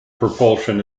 propulsion